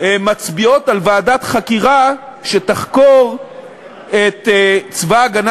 מצביעות על ועדת חקירה שתחקור את צבא הגנה